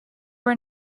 were